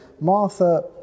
Martha